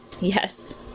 Yes